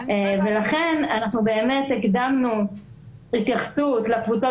לכן אנחנו באמת הקדמנו התייחסות לקבוצות